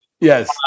Yes